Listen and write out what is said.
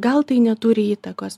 gal tai neturi įtakos